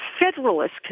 Federalist